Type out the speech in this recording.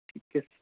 ठीक आहे